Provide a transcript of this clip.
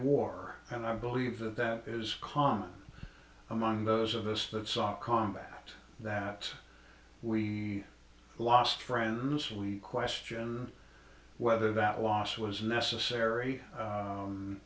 war and i believe that that is calm among those of us that saw contact that we lost friends we question whether that loss was necessary